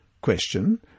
Question